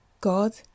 God